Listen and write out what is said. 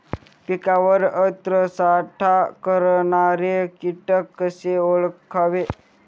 पिकावर अन्नसाठा करणारे किटक कसे ओळखावे?